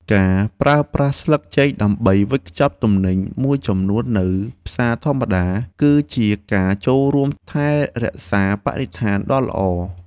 ការប្រើប្រាស់ស្លឹកចេកដើម្បីវេចខ្ចប់ទំនិញមួយចំនួននៅផ្សារធម្មតាគឺជាការចូលរួមថែរក្សាបរិស្ថានដ៏ល្អ។